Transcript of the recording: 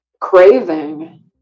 craving